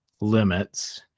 limits